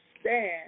stand